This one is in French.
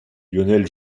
lionel